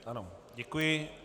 Ano, děkuji.